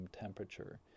temperature